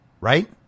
right